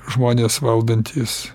žmonės valdantys